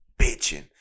bitching